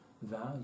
Value